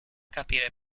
capire